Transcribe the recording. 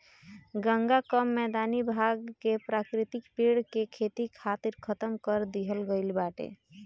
गंगा कअ मैदानी भाग के प्राकृतिक पेड़ के खेती खातिर खतम कर दिहल गईल बाटे